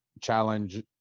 challenge